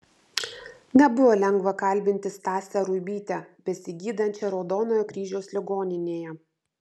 nebuvo lengva kalbinti stasę ruibytę besigydančią raudonojo kryžiaus ligoninėje